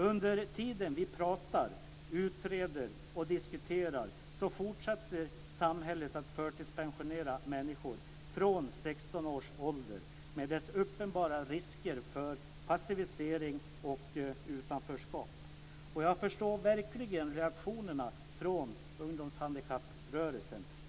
Under tiden vi pratar, utreder och diskuterar fortsätter samhället att förtidspensionera människor från 16 års ålder, med uppenbara risker för passivisering och utanförskap som följd. Jag förstår verkligen reaktionerna från ungdomshandikapprörelsen.